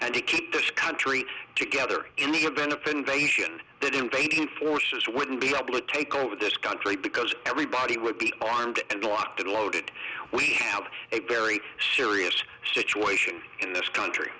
and to keep this country together any benefit invasion that invading forces wouldn't be able to take over this country because everybody would be armed and locked and loaded we have a very serious situation in this country